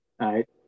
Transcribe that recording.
right